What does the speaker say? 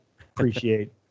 Appreciate